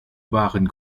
waren